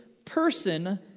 Person